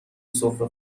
سفره